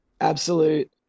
absolute